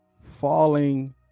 Falling